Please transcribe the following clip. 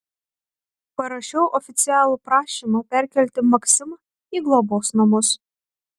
parašiau oficialų prašymą perkelti maksimą į globos namus